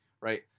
right